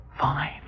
Fine